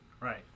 Right